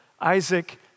Isaac